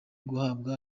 guhabwa